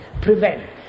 prevent